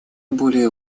более